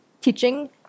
teaching